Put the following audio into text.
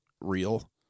real